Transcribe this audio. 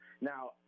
Now